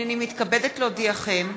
הנני מתכבדת להודיעכם,